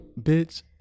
bitch